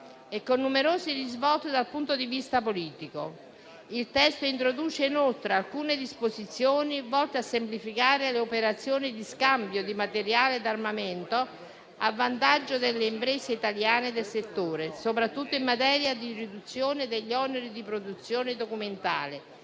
e con numerosi risvolti dal punto di vista politico. Il testo introduce inoltre alcune disposizioni volte a semplificare le operazioni di scambio di materiale di armamento a vantaggio delle imprese italiane del settore, soprattutto in materia di riduzione degli oneri di produzione documentale